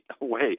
away